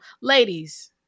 Ladies